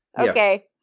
okay